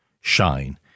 shine